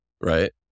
right